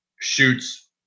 shoots